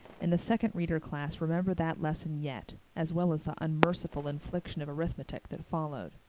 and the second reader class remember that lesson yet, as well as the unmerciful infliction of arithmetic that followed.